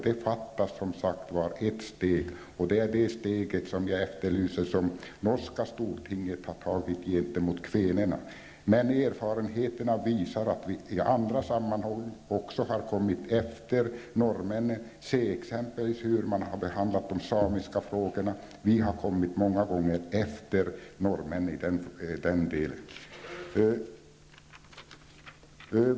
Det fattas ett steg. Jag efterlyser det steg som norska stortinget har tagit gentemot kvänerna. Erfarenheterna visar att vi också i andra sammanhang har kommit efter norrmännen. Se exempelvis hur man har behandlat de samiska frågorna! Vi har många gånger kommit efter norrmännen i den delen.